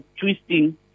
twisting